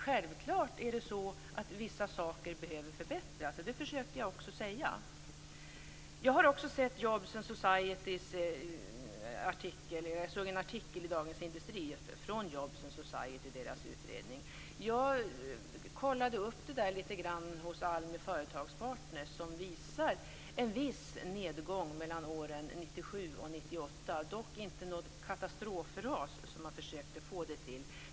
Självklart är det så att vissa saker behöver förbättras. Det försökte jag också säga. Jag har också sett en artikel om Jobs and Societys utredning i Dagens Industri. Jag kollade upp det där lite grann hos ALMI Företagspartner. Det är en viss nedgång mellan åren 1997 och 1998, dock inte något katastrofras som kan försöker få det till.